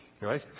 right